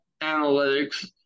analytics